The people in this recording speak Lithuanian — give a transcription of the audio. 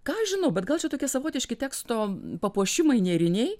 ką aš žinau bet gal čia tokie savotiški teksto papuošimai nėriniai